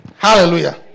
Hallelujah